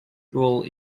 goole